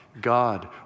God